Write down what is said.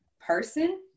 person